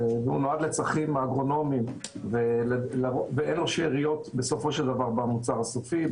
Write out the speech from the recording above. הוא נועד לצרכים אגרונומיים ואין לו שאריות בסופו של דבר במוצר הסופי,